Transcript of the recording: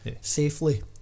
safely